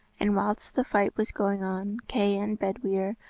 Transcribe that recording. and whilst the fight was going on, kay and bedwyr,